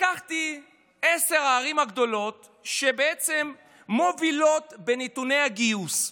לקחתי את עשר הערים הגדולות שמובילות את נתוני הגיוס: